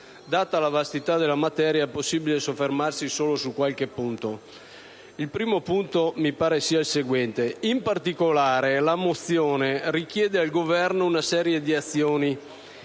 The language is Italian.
Data la vastità della materia è possibile soffermarsi solo su qualche punto. Il primo punto è il seguente. In particolare, la mozione richiede al Governo una serie di azioni